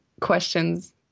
questions